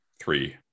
three